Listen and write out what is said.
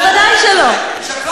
בוודאי שזה שקר.